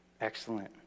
Excellent